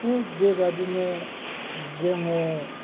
होथ बेबादिनो जोङो